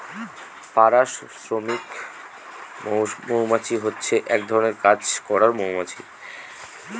পাড়া শ্রমিক মৌমাছি হচ্ছে এক ধরনের কাজ করার মৌমাছি